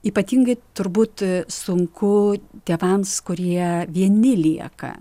ypatingai turbūt sunku tėvams kurie vieni lieka